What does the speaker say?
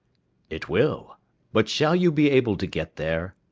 it will but shall you be able to get there?